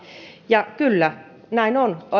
ja kyllä näin on